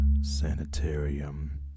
Sanitarium